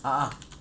a'ah